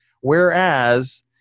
Whereas